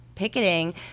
picketing